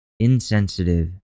insensitive